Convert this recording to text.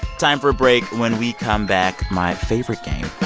time for a break. when we come back, my favorite game,